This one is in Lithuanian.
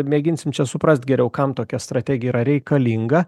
mėginsim čia suprast geriau kam tokia strategija yra reikalinga